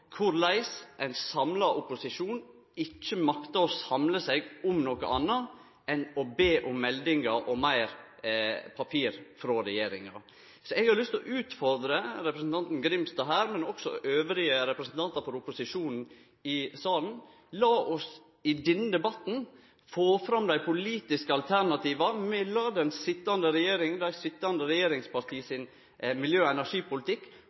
korleis ein samla opposisjon ikkje maktar å samle seg om noko anna enn å be om meldingar og meir papir frå regjeringa. Så eg har lyst til å utfordre representanten Grimstad her, men også andre representantar frå opposisjonen i salen: La oss i denne debatten få fram dei politiske alternativa mellom dei sitjande regjeringspartia sin miljø- og energipolitikk